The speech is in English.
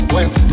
West